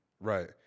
Right